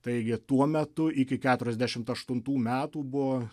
taigi tuo metu iki keturiasdešimt aštuntų metų buvo